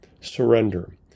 surrender